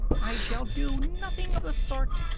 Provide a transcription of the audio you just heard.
i shall do nothing of the sort!